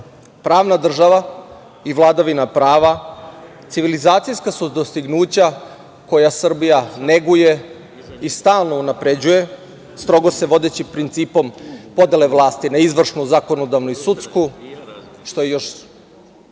Pravna država i vladavina prava, civilizacijska su dostignuća koja Srbija neguje i stalno unapređuje strogo se vodeći principom podele vlasti na izvršnu, zakonodavnu i sudsku, što još